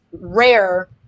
rare